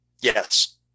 Yes